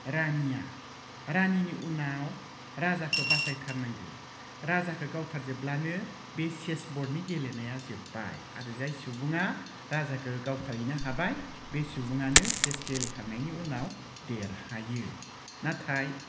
रानिया रानिनि उनाव राजाखौ बासायथारनांगोन राजाखौ गावथारजोबब्लानो बे चेस बर्डनि गेलेनाया जोब्बाय आरो जाय सुबुङा राजाखौ गावथारहैनो हाबाय बे सुबुङानो चेस गेलेखांनायनि उनाव देरहायो नाथाय